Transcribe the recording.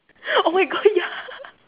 oh my god ya